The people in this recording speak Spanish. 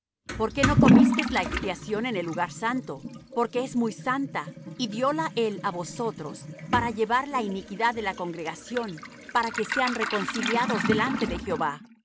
por qué no comisteis la expiación en el lugar santo porque es muy santa y dióla él á vosotros para llevar la iniquidad de la congregación para que sean reconciliados delante de jehová